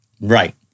Right